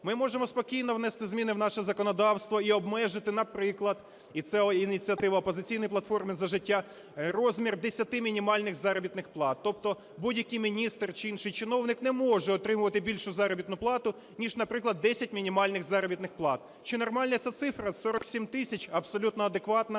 Ми можемо спокійно внести зміни в наше законодавство і обмежити, наприклад, і це ініціатива "Опозиційної платформи - За життя", розмір десяти мінімальних заробітних плат. Тобто будь-який міністр чи інший чиновник не може отримувати більшу заробітну плату ніж, наприклад, десять мінімальних заробітних плат. Чи нормальна ця цифра 47 тисяч? Абсолютно адекватна